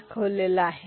B Cin